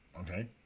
Okay